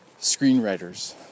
Screenwriters